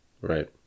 Right